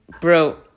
Bro